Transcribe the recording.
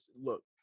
Look